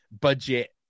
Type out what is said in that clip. budget